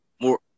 more